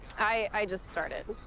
i. i just started.